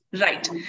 Right